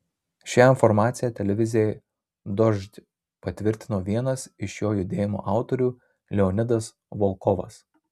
šią informaciją televizijai dožd patvirtino vienas iš šio judėjimo autorių leonidas volkovas